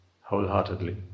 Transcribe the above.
wholeheartedly